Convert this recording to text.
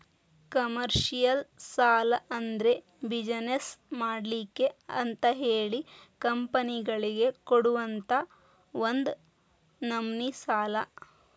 commercial ಸಾಲಾ ಅಂದ್ರ business ಮಾಡ್ಲಿಕ್ಕೆ ಅಂತಹೇಳಿ ಕಂಪನಿಗಳಿಗೆ ಕೊಡುವಂತಾ ಒಂದ ನಮ್ನಿ ಸಾಲಾ